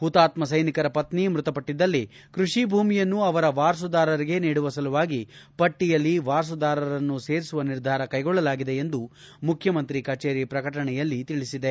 ಹುತಾತ್ಮ ಸೈನಿಕರ ಪತ್ನಿ ಮೃತಪಟ್ಟದ್ದಲ್ಲಿ ಕೃಷಿ ಭೂಮಿಯನ್ನು ಅವರ ವಾರಸುದಾರರಿಗೆ ನೀಡುವ ಸಲುವಾಗಿ ಪಟ್ಟಿಯಲ್ಲಿ ವಾರಸುದಾರರನ್ನು ಸೇರಿಸುವ ನಿರ್ಧಾರ ಕೈಗೊಳ್ಳಲಾಗಿದೆ ಎಂದು ಮುಖ್ಯಮಂತ್ರಿ ಕಚೇರಿ ಪ್ರಕಟಣೆಯಲ್ಲಿ ತಿಳಿಸಿದೆ